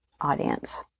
audience